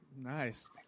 Nice